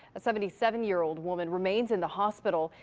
a seventy seven year old woman remained in the hospital.